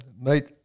meet